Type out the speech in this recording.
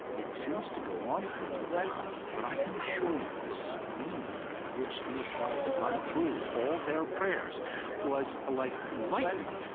it seems to go on for a little while. but i can assure you the speed with which these guys got through all their prayers was like lightning.